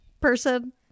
person